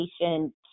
patient